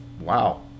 wow